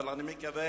אבל אני מקווה